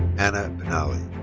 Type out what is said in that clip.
anna benali.